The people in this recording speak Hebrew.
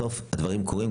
בסוף הדברים קורים,